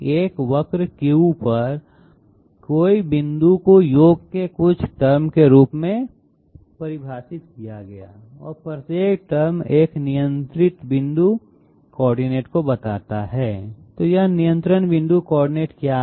एक वक्र Q पर कोई बिंदु को योग के कुछ टर्म के रूप में परिभाषित किया गया है और प्रत्येक टर्म एक नियंत्रण बिंदु कोऑर्डिनेट को बताता है तो यह नियंत्रण बिंदु कोऑर्डिनेट क्या है